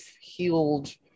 healed